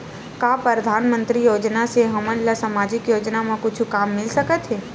का परधानमंतरी योजना से हमन ला सामजिक योजना मा कुछु काम मिल सकत हे?